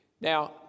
Now